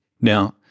Now